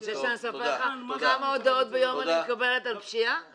אתה רוצה שאני אספר לך כמה הודעות ביום אני מקבלת על פשיעה?